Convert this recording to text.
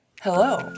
Hello